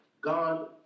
God